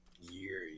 year